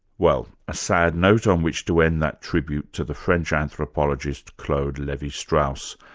well, a sad note on which to end that tribute to the french anthropologist claude levi-strauss,